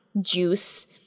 juice